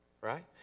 right